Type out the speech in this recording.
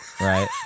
Right